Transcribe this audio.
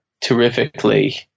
terrifically